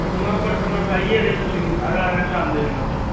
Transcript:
उहाँ पर तऽ हमर भाइये रहै छथिन आधा घण्टामे देख लेथुन